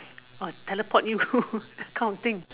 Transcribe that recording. or teleport you counting